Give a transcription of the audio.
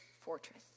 fortress